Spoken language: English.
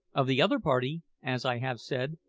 of the other party, as i have said,